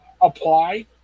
apply